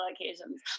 occasions